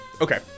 Okay